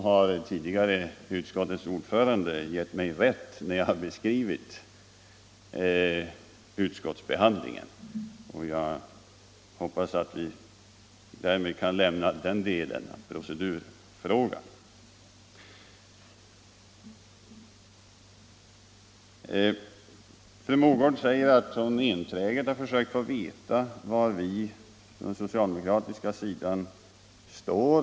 Nu har utskottets ordförande tidigare gett mig rätt när jag beskrivit utskottsbehandlingen, och jag hoppas att vi därmed kan lämna den delen av procedurfrågan. Fru Mogård säger att hon enträget har försökt få veta var vi på den socialdemokratiska sidan står.